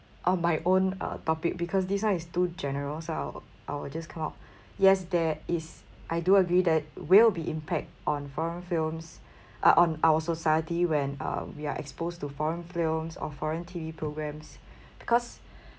on my own uh topic because this one is too general so I'll I will just come out yes there is I do agree there will be impact on foreign films uh on our society when uh we are exposed to foreign films or foreign T_V programs because